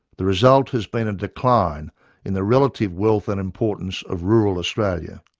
the result has been a decline in the relative wealth and importance of rural australia.